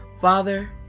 Father